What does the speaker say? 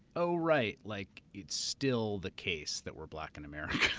oh right. like it's still the case that we're black in america.